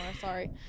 Sorry